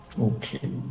Okay